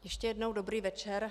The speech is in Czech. Ještě jednou dobrý večer.